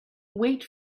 wait